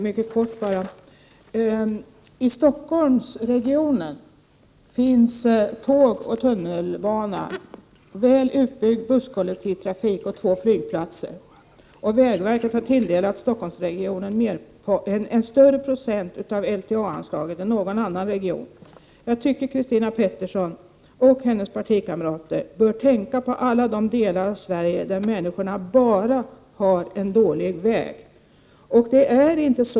Herr talman! I Stockholmsregionen finns tåg och tunnelbana, väl utbyggd busskollektivtrafik och två flygplatser. Vägverket har tilldelat Stockholmsregionen en större andel av LTA-anslaget än vad någon annan region har fått. Jag tycker att Christina Pettersson och hennes partikamrater bör tänka på alla de delar av Sverige där människorna bara har en dålig väg.